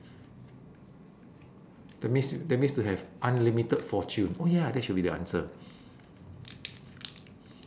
that means y~ that means to have unlimited fortune oh yeah that should be the answer